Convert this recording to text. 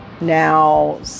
now